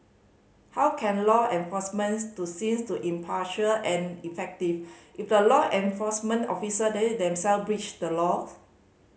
how can law enforcement to seen to impartial and effective if law enforcement officer them self breach the laws